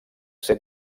ser